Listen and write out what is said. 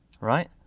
Right